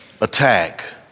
attack